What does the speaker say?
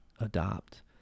adopt